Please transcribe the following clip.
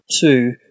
two